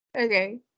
Okay